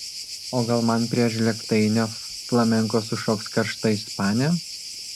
o gal man prie žlėgtainio flamenko sušoks karšta ispanė